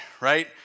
right